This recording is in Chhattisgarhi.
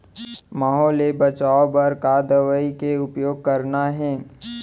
माहो ले बचाओ बर का दवई के उपयोग करना हे?